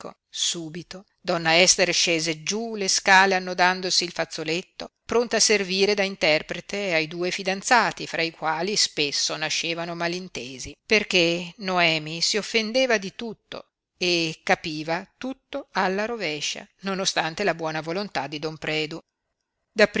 subito donna ester scese giú le scale annodandosi il fazzoletto pronta a servire da interprete ai due fidanzati fra i quali spesso nascevano malintesi perché noemi si offendeva di tutto e capiva tutto alla rovescia nonostante la buona volontà di don predu